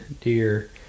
deer